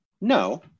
no